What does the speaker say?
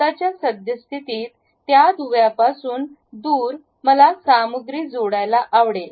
आताच्या सद्यस्थितीत त्या दुव्यापासून दूर मला सामग्री जोडायला आवडेल